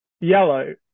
Yellow